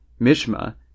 Mishma